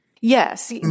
Yes